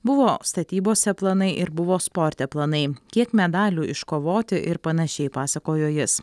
buvo statybose planai ir buvo sporte planai kiek medalių iškovoti ir panašiai pasakojo jis